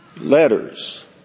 letters